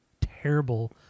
terrible